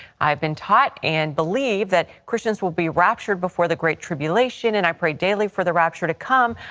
i have been taught and believe that christians will be ruptured before the great tribulation and i pray daily for the rapture to come.